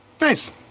Nice